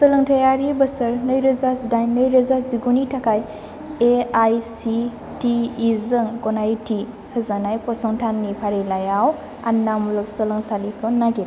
सोलोंथायारि बोसोर नै रोजा जिडाइन नै रोजा जिगुनि थाखाय एआइसिटिइजों गनायथि होजानाय फसंथाननि फारिलाइआव आन्ना मुलुगसोलोंसालिखौ नागिर